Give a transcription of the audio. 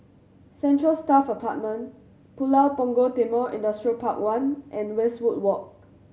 Central Staff Apartment Pulau Punggol Timor Industrial Park One and Westwood Walk